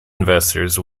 investors